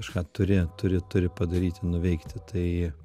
kažką turi turi turi padaryti nuveikti tai